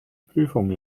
prüfung